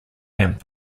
lamp